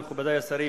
מכובדי השרים,